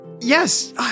Yes